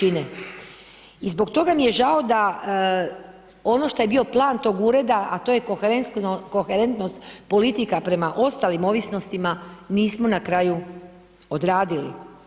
I zbog toga mi je žao da ono što mi je bio plan tog ureda, a to je koherentnost politika prema ostalim ovisnostima, nismo na kraju odradili.